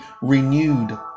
renewed